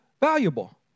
valuable